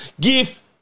give